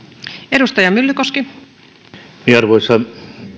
arvoisa